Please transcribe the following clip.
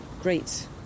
great